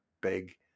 big